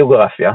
ביוגרפיה